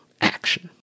action